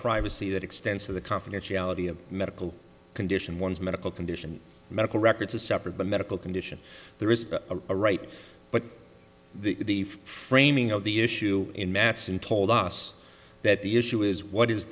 privacy that extends to the confidentiality of medical condition one's medical condition medical records a separate but medical condition there is a right but the framing of the issue in max and told us that the issue is what is